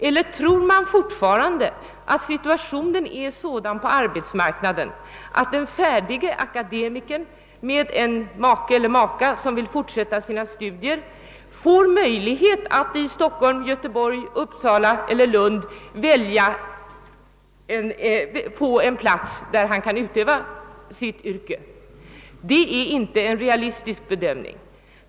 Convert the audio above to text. Eller tror man fortfarande att situationen är sådan på arbetsmarknaden, att den färdige akademikern med en make eller maka som vill fortsätta sina studier får möjlighet att i Stockholm, Göteborg, Uppsala, Lund eller Umeå erhålla en anställning och där utöva sitt yrke? Det är inte en realistisk bedömning.